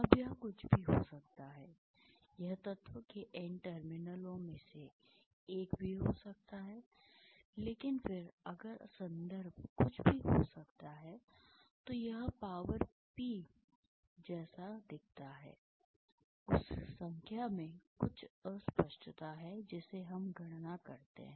अब यह कुछ भी हो सकता है यह तत्व के N टर्मिनलों में से एक भी हो सकता है लेकिन फिर अगर संदर्भ कुछ भी हो सकता है तो यह पावर P जैसा दिखता है उस संख्या में कुछ अस्पष्टता है जिसे हम गणना करते हैं